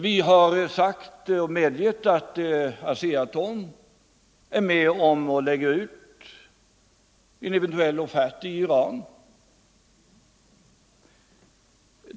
Vi har medgivit att ASEA-Atom är med i förhandlingar och eventuellt lägger ut en offert i Iran.